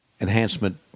enhancement